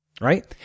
right